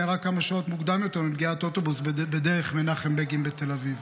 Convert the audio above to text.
נהרג כמה שעות מוקדם יותר מפגיעת אוטובוס בדרך מנחם בגין בתל אביב.